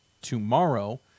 tomorrow